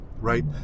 right